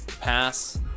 pass